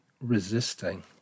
resisting